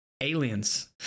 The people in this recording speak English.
Aliens